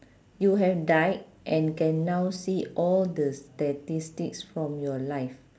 you have died and can now see all the statistics from your life